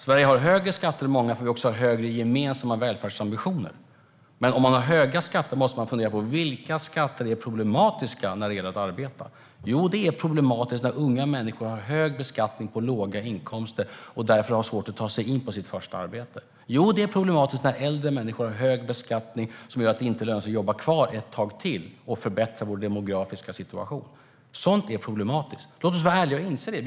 Sverige har högre skatter än många andra, för vi har högre gemensamma välfärdsambitioner. Men om man har höga skatter måste man fundera på vilka skatter som är problematiska när det gäller att arbeta. Jo, det är problematiskt när unga människor har hög beskattning på låga inkomster och därför har svårt att ta sig in på sitt första arbete. Jo, det är problematiskt när äldre människor har hög beskattning som gör att det inte är lönsamt att jobba kvar ett tag till och förbättra vår demografiska situation. Sådant är problematiskt. Låt oss vara ärliga och inse det.